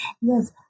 yes